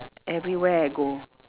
everywhere I go